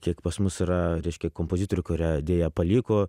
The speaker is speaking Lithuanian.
kiek pas mus yra reiškia kompozitorių kuria deja paliko